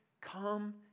Come